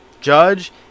Judge